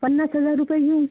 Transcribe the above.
पन्नास हजार रुपये घेऊ